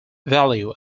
value